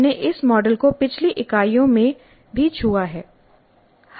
हमने इस मॉडल को पिछली इकाइयों में भी छुआ है